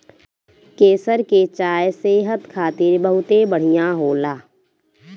केसर के चाय सेहत खातिर बहुते बढ़िया होला